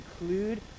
include